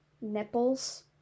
Nipples